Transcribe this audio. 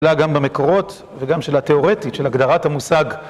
גם במקורות, וגם של התאורטית, של הגדרת המושג.